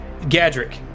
Gadrick